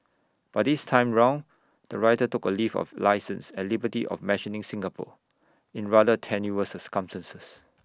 but this time round the writer took A leave of licence and liberty of mentioning Singapore in rather tenuous circumstances